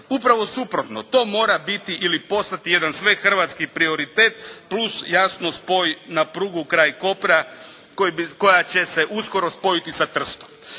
Upravo suprotno, to mora biti ili postati jedan svehrvatski prioritet plus jasno spoj na prugu kraj Kopra koja će se uskoro spojiti sa Trstom.